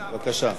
בבקשה.